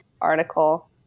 article